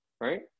right